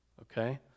Okay